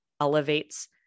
elevates